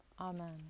Amen